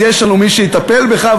אז יש לנו מי שיטפל בך,